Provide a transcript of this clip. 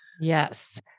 Yes